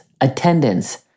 attendance